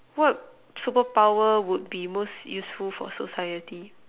what superpower would be most useful for society